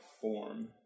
form